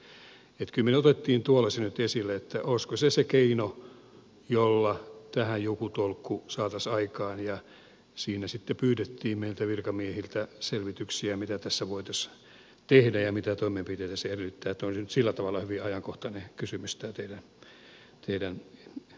kyllä me otimme tuolla sen nyt esille olisiko se se keino jolla tähän joku tolkku saataisiin aikaan ja siinä sitten pyydettiin virkamiehiltä selvityksiä mitä tässä voitaisiin tehdä ja mitä toimenpiteitä se edellyttää eli on se nyt sillä tavalla hyvin ajankohtainen kysymys tämä teidän esityksenne